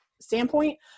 standpoint